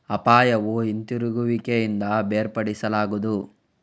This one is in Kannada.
ಅಪಾಯವು ಹಿಂತಿರುಗುವಿಕೆಯಿಂದ ಬೇರ್ಪಡಿಸಲಾಗದು